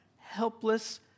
helpless